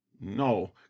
No